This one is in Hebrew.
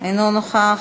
אינו נוכח,